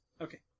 okay